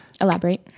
Elaborate